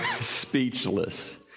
speechless